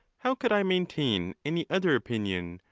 how could i maintain any other opinion,